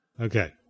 Okay